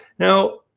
now,